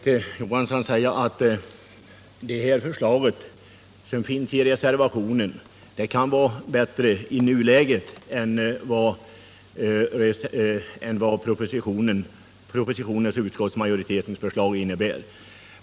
Herr talman! Jag vill till Rune Johansson säga att förslaget i reservationen kan vara bättre i nuläget än propositionens och utskottsmajoritetens förslag.